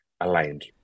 aligned